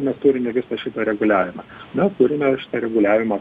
mes turime visą šitą reguliavimą na turime šitą reguliavimą